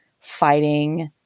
fighting